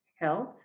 health